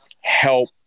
help